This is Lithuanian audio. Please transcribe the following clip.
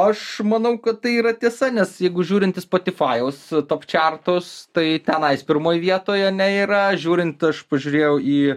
aš manau kad tai yra tiesa nes jeigu žiūrint į spotifajaus top čertus tai tenai jis pirmoj vietoj ane yra žiūrint aš pažiūrėjau į